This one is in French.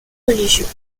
religions